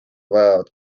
vajavad